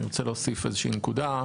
אני רוצה להוסיף איזה שהיא נקודה.